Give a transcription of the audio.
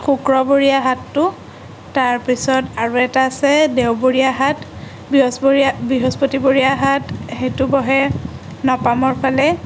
শুক্ৰবৰীয়া হাটটো তাৰপিছত আৰু এটা আছে দেওবৰীয়া হাট বৃহস্পৰীয়া বৃহস্পতিবৰীয়া হাট সেইটো বহে নপামৰ ফালে